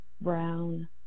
brown